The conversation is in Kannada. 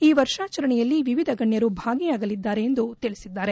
ಈ ವರ್ಷಾಚರಣೆಯಲ್ಲಿ ವಿವಿಧ ಗಣ್ಣರು ಭಾಗಿಯಾಗಲಿದ್ದಾರೆ ಎಂದು ತಿಳಿಸಿದ್ದಾರೆ